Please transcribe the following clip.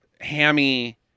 Hammy